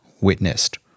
witnessed